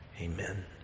Amen